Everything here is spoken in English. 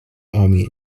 army